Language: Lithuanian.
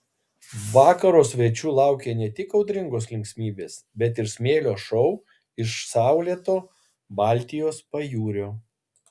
vakaro svečių laukė ne tik audringos linksmybės bet ir smėlio šou iš saulėto baltijos pajūrio